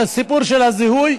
הסיפור של הזיהוי,